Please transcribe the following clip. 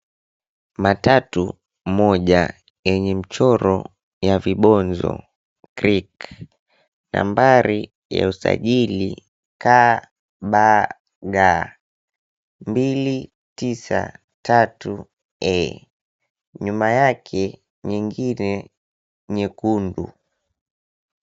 Matatu moja yenye mchoro wa vibonzo, Greek. Nambari ya usajili, KBG 293E. Nyuma yake, nyingine nyekundu.